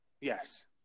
Yes